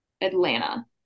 Atlanta